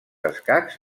escacs